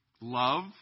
love